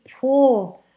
poor